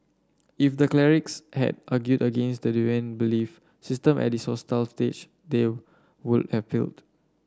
if the clerics had argued against the deviant belief system at this hostile stage they would have failed